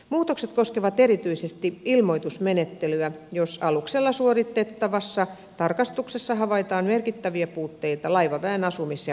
muutokset koskevat erityisesti ilmoitusmenettelyä jos aluksella suoritettavassa tarkastuksessa havaitaan merkittäviä puutteita laivaväen asumis ja työskentelyolosuhteissa